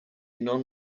non